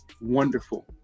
wonderful